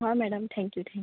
हा madam thank you thank you